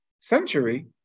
century